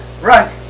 Right